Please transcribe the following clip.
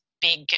big